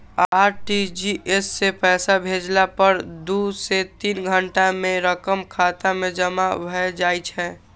RTGS सं पैसा भेजला पर दू सं तीन घंटा मे रकम खाता मे जमा भए जाइ छै